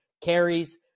carries